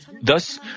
Thus